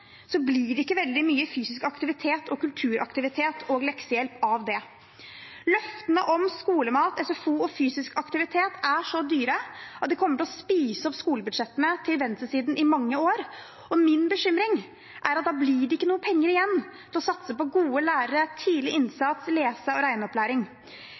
blir det ikke veldig mye fysisk aktivitet, kulturaktivitet og leksehjelp av det. Løftene om skolemat, SFO og fysisk aktivitet er så dyre at det kommer til å spise opp skolebudsjettene til venstresiden i mange år. Min bekymring er at det da ikke blir noen penger igjen til å satse på gode lærere, tidlig innsats og lese- og regneopplæring.